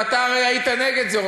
ואתה הרי היית נגד זה,